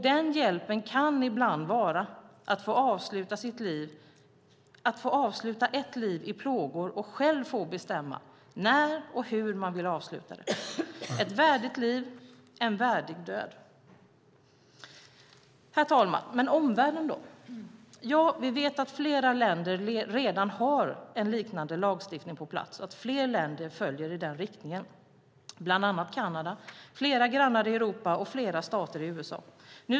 Den hjälpen kan ibland vara att få avsluta ett liv i plågor, att själv få bestämma när och hur man vill avsluta sitt liv - ett värdigt liv, en värdig död. Herr talman! Men omvärlden då? Ja, vi vet att flera länder redan har en liknande lagstiftning på plats och att fler länder följer i den riktningen, bland annat Kanada, flera grannar i Europa och flera delstater i USA.